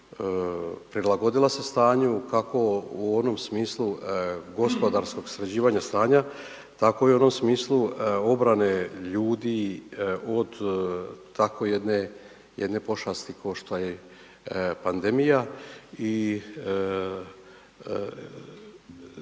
prilagodila se stanju, kako u onom smislu gospodarskog sređivanja stanja, tako i u onom smislu obrane ljudi od tako jedne pošasti kao što je pandemija i